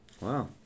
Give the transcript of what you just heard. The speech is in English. Wow